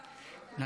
כן,